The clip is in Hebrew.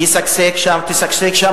הבקעה שם תשגשג,